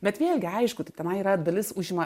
bet vėlgi aišku tai tenai yra dalis užima